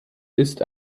ist